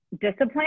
discipline